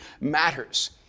matters